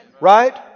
Right